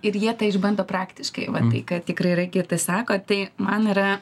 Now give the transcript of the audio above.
ir jie tai išbando praktiškai va tai ką tikrai raigirdai sakot tai man yra